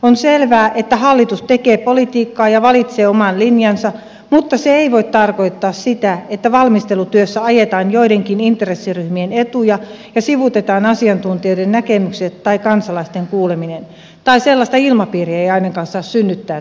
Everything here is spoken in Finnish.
on selvää että hallitus tekee politiikkaa ja valitsee oman linjansa mutta se ei voi tarkoittaa sitä että valmistelutyössä ajetaan joidenkin intressiryhmien etuja ja sivuutetaan asiantuntijoiden näkemykset tai kansalaisten kuuleminen tai sellaista ilmapiiriä ei ainakaan saa synnyttää tähän valmisteluun